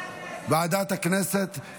ועדת הכנסת